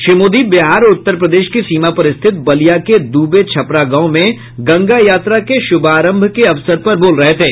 श्री मोदी बिहार और उत्तर प्रदेश की सीमा पर स्थित बलिया के दूबे छपरा गांव में गंगा यात्रा के शुभारंभ के अवसर पर बोल रहे थे